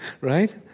Right